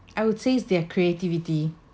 I would chase their creativity